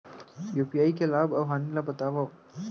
UPI के लाभ अऊ हानि ला बतावव